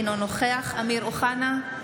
אינו נוכח אמיר אוחנה,